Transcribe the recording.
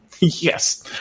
Yes